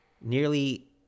Nearly